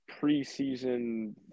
preseason